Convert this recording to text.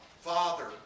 Father